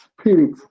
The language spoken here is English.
spirit